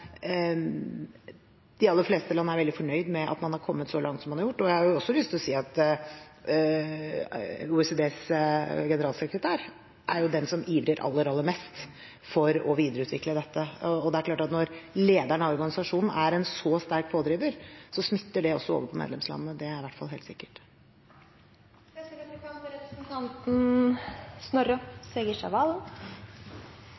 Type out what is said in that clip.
de aller fleste land er veldig fornøyd med at man har kommet så langt som man har gjort. Jeg har også lyst til å si at OECDs generalsekretær er den som ivrer aller mest for å videreutvikle dette. Det er klart at når lederen av organisasjonen er en så sterk pådriver, smitter det også over på medlemslandene, det er i hvert fall helt sikkert. Representanten Snorre